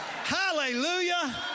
Hallelujah